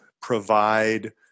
provide